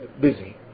busy